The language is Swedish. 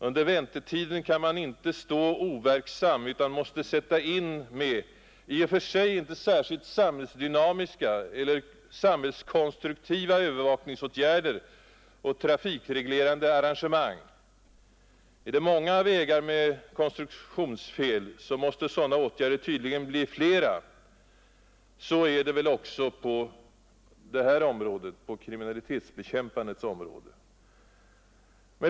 Under väntetiden kan man inte stå overksam utan måste sätta in i och för sig inte särskilt samhällsdynamiska eller samhällskonstruktiva övervakningsåtgärder och trafikreglerande arrangemang. Är det många vägar med konstruktionsfel, måste sådana åtgärder tydligen bli fler. Så är det väl också på kriminalitetsbekämpandets område.